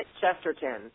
Chesterton